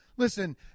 Listen